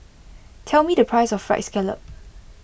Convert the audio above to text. tell me the price of Fried Scallop